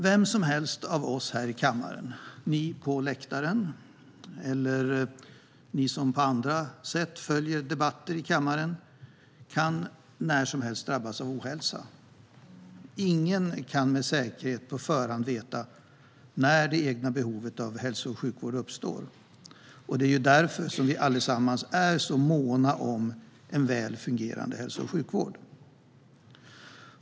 Vem som helst av oss här i kammaren, ni på läktaren eller ni som på andra sätt följer debatter i kammaren kan när som helst drabbas av ohälsa. Ingen kan med säkerhet på förhand veta när det egna behovet av hälso och sjukvård uppstår. Det är därför vi allesammans är så måna om en väl fungerande hälso och sjukvård.